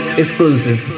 exclusive